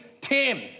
Tim